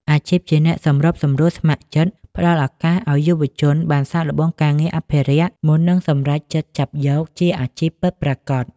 អាជីពជាអ្នកសម្របសម្រួលស្ម័គ្រចិត្ត ផ្តល់ឱកាសឱ្យយុវជនបានសាកល្បងការងារអភិរក្សមុននឹងសម្រេចចិត្តចាប់យកជាអាជីពពិតប្រាកដ។